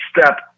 step